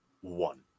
one